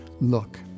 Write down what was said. look